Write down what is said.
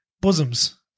bosoms